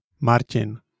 Martin